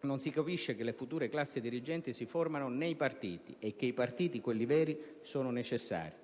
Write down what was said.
«Non si capisce che le future classi dirigenti si formano nei partiti. E che i partiti, quelli veri, sono necessari».